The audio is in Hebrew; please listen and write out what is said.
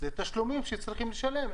אלה תשלומים שצריכים לשלם.